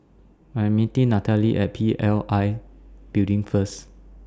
I'm meeting Nathaly At P L I Building First